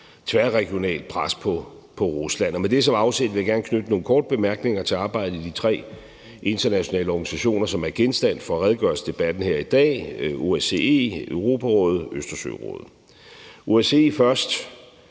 tværregionalt pres på Rusland. Med det som afsæt vil jeg gerne knytte nogle korte bemærkninger til arbejdet i de tre internationale organisationer, som er genstand for redegørelsesdebatten her i dag, OSCE, Europarådet og Østersørådet. Lad mig